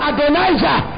Adonijah